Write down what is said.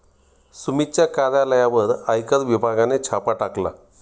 सुमितच्या कार्यालयावर आयकर विभागाने छापा टाकला